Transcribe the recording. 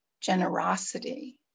generosity